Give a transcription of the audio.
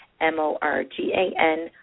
M-O-R-G-A-N